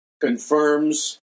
confirms